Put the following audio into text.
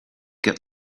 get